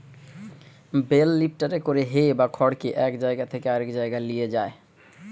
bell লিফ্টারে করে হে বা খড়কে এক জায়গা থেকে আরেক লিয়ে যায়